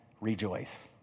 rejoice